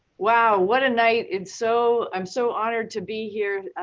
wow. what a night. and so i'm so honored to be here.